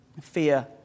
fear